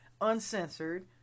uncensored